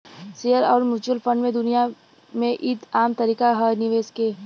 share अउर mutual fund के दुनिया मे ई आम तरीका ह निवेश के